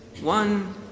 one